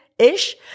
ish